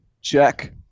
Check